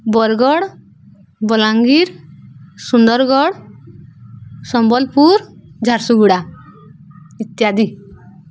ବରଗଡ଼ ବଲାଙ୍ଗୀର ସୁନ୍ଦରଗଡ଼ ସମ୍ବଲପୁର ଝାରସୁଗୁଡ଼ା ଇତ୍ୟାଦି